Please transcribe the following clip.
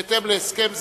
בהתאם להסכם זה,